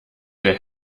der